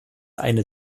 eine